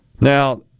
Now